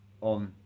on